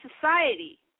society